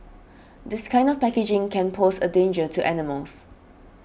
this kind of packaging can pose a danger to animals